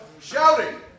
shouting